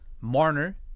Marner